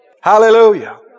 Hallelujah